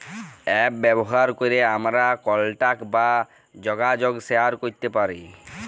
app ব্যাভার ক্যরে আমরা কলটাক বা জ্যগাজগ শেয়ার ক্যরতে পারি